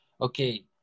okay